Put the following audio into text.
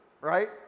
right